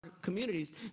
communities